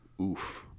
Oof